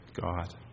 God